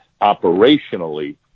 operationally